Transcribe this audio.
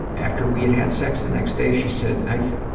after we had had sex, the next day she said, i